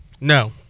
no